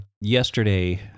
yesterday